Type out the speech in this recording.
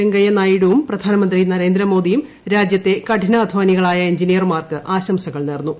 വെങ്കയ്യ നായിഡുവും പ്രധാനമന്ത്രി നരേന്ദ്ര മോദി രാജ്യത്തെ കഠിനാധ്വാനികളായ എൻജിനീയർമാർക്ക് ആശംസകൾ നേർന്നു